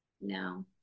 No